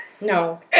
No